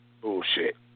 bullshit